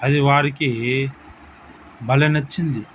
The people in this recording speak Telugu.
అది వారికి భలే నచ్చింది